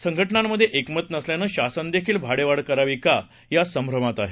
संघटनांमधे एकमत नसल्यानं शासन देखील भाडेवाढ करावी का या संभ्रमात आहे